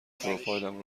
پروفایلم